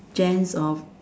gens of